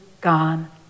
gone